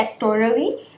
sectorally